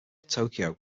tokyo